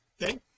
okay